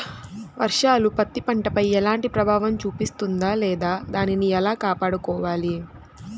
వర్షాలు పత్తి పంటపై ఎలాంటి ప్రభావం చూపిస్తుంద లేదా దానిని ఎలా కాపాడుకోవాలి?